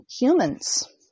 humans